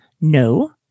No